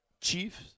Chiefs